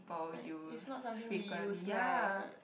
I it's not something we use lah